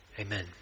Amen